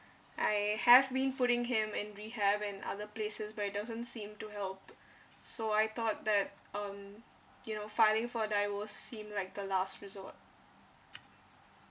I have been putting him in rehab and other places but it doesn't seem to help so I thought that um you know filing for divorce will seem like the last resort